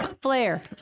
Flair